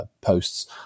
posts